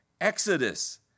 exodus